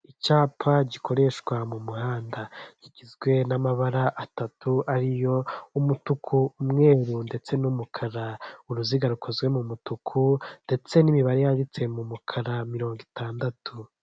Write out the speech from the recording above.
Icyapa gikoreshwa mu muhanda; kigizwe n'amabara atatu ariyo umutuku, umweru ndetse n'umukara, uruziga rukozwe mu mutuku ndetse n'imibaya yanditse mu mukara mirongo itandatu.